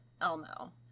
Elmo